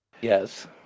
Yes